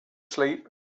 sleep